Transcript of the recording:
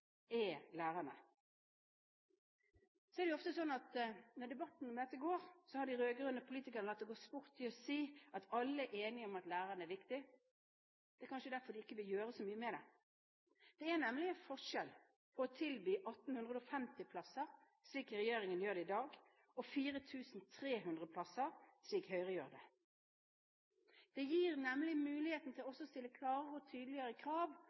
lærere. Den viktigste enkeltfaktoren vi har for å løfte elevenes læringsutbytte i skolen, er lærerne. Når debatten om dette går, har de rød-grønne politikerne ofte latt det gå sport i å si at alle er enige om at læreren er viktig. Det er kanskje derfor de ikke vil gjøre så mye med det. Det er nemlig forskjell på å tilby 1 850 plasser, slik regjeringen gjør i dag, og 4 300 plasser, slik Høyre gjør. Det gir nemlig muligheten til også å stille krav – og tydeligere krav